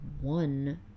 one